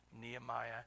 Nehemiah